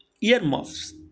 earmuffs